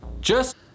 Just-